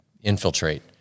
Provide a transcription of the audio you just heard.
infiltrate